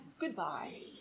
goodbye